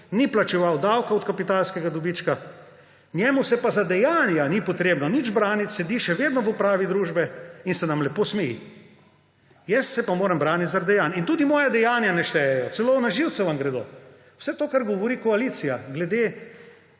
ni plačeval davkov od kapitalskega dobička. Njemu se pa za dejanja ni potrebno nič braniti, sedi še vedno v upravi družbe in se nam lepo smeji. Jaz se pa moram braniti zaradi dejanj. Tudi moja dejanja ne štejejo, celo na živce vam gredo. Vse to, kar govori koalicija glede